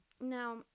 Now